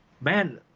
man